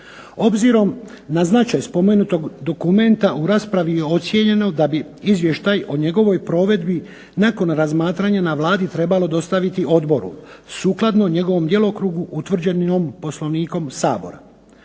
Obzirom na značaj spomenutog dokumenta u raspravi je ocijenjeno da bi izvještaj o njegovoj provedbi nakon razmatranja na Vladi trebalo dostaviti odboru sukladno njegovom djelokrugu utvrđenom Poslovnikom Sabora.